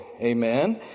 Amen